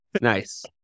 Nice